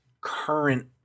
current